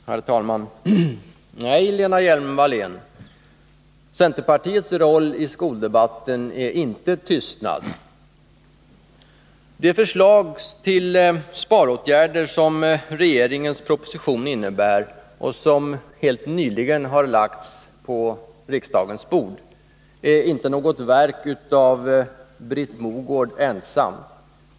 Herr talman! Nej, Lena Hjelm-Wallén, centerpartiets roll i skoldebatten är inte tystnad. Förslaget till sparåtgärder i regeringens proposition, vilken helt nyligen har lagts på riksdagens bord, är inte något verk av Britt Mogård ensam.